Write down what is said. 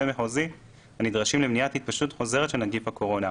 מחוזי הנדרשים למניעת התפשטות חוזרת של נגיף הקורונה,